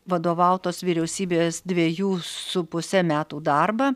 vadovautos vyriausybės dvejų su puse metų darbą